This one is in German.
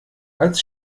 als